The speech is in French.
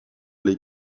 les